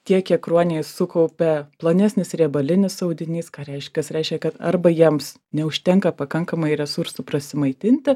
tiek kiek ruoniai sukaupia plonesnis riebalinis audinys ką reiškias reiškia kad arba jiems neužtenka pakankamai resursų prasimaitinti